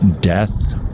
death